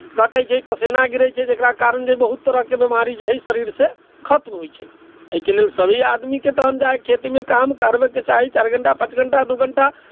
घटै छै पसेना गिरै छै जकरा कारण जे हइ बहुत तरहके बिमारी जे हइ शरीरसँ खत्म होइ छै एहिके लेल सभी आदमीके तखन जा कऽ खेतीमे काम करबयके चाही चारि घण्टा पाँच घण्टा दू घण्टा